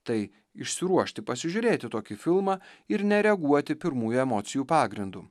tai išsiruošti pasižiūrėti tokį filmą ir nereaguoti pirmųjų emocijų pagrindu